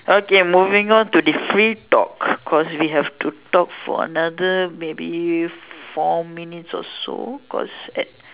okay moving on to the free talk cause we have to talk for another maybe four minutes or so because